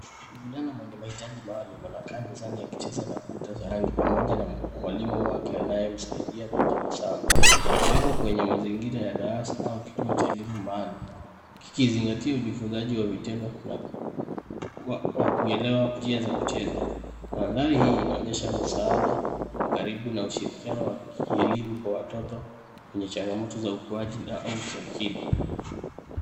Mvulana mwenye mahitaji maalum anakaa mezani akicheza na kuta za rangi pamoja na mwalimu wake anayemsaidia kwa tabasamu. Wako kwenye mazingira ya darasa au kituo cha elimu maalum. Kikizingatia ujifunzaji wa vitendo na wa kuelewa njia za kucheza. Mandhari hii inoanyesha msaada wa karibu na ushirikianao wa kielimu kwa watoto wenye changamoto za ukuaji au kiakili.